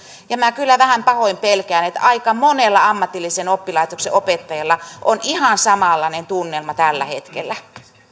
minä kyllä vähän pahoin pelkään että aika monella ammatillisen oppilaitoksen opettajalla on ihan samanlainen tunnelma tällä hetkellä